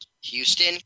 Houston